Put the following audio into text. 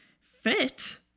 fit